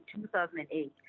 2008